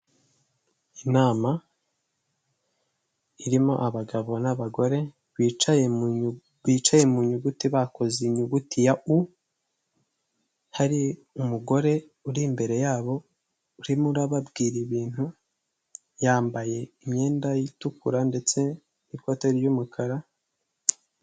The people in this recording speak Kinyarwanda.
Ndabona ibicu by'umweru ndabona ahandi higanjemo ibara ry'ubururu bw'ikirere ndabona inkuta zubakishijwe amatafari ahiye ndabona ibiti binyuze muri izo nkuta ndabona imfungwa cyangwa se abagororwa nta misatsi bafite bambaye inkweto z'umuhondo ubururu n'umukara ndabona bafite ibikoresho by'ubuhinzi n'umusaruro ukomoka ku buhinzi nk'ibihaza ndabona bafite amasuka, ndabona iruhande rwabo hari icyobo.